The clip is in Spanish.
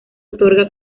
otorga